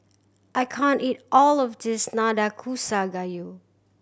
I can't eat all of this Nanakusa Gayu